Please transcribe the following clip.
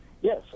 Yes